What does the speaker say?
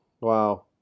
Wow